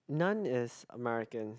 none is American